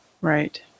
Right